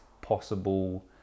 possible